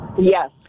Yes